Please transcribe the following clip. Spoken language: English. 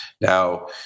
Now